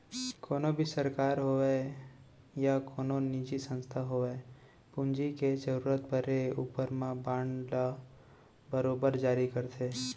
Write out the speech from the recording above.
कोनों भी सरकार होवय या कोनो निजी संस्था होवय पूंजी के जरूरत परे ऊपर म बांड ल बरोबर जारी करथे